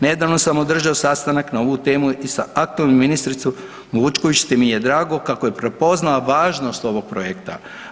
Nedavno sam održao sastanak na ovu temu i sa aktualnom ministricom Vučković te mi je drago kako je prepoznala važnost ovog projekta.